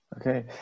Okay